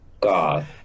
God